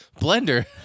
blender